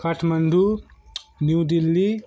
Kathmandu New Delhi